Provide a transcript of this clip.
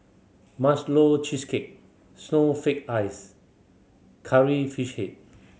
Marshmallow Cheesecake Snowflake Ice Curry Fish Head